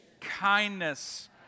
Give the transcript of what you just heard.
kindness